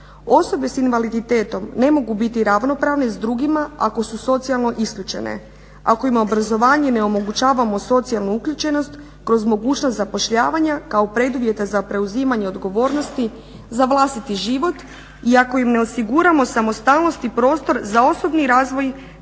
Osobe sa invaliditetom ne mogu biti ravnopravne s drugima ako su socijalno isključene, ako im obrazovanjem ne omogućavamo socijalnu uključenost kroz mogućnost zapošljavanja kao preduvjeta za preuzimanje odgovornosti za vlastiti život. I ako im ne osiguramo samostalnost i prostor za osobni razvoj